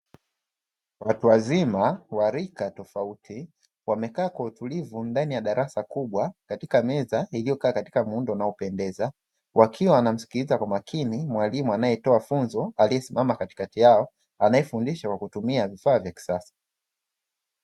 Watu wazima wa rika tofauti wamekaa kwa utulivu ndani ya darasa kubwa katika meza ilyokaa katika muundo unaopendeza wakiwa wanamsikiliza kwa makini mwalimu anayetoa funzo aliyesimama katikati yao anayefundisha kwa kutumia vifaa vya kisasa.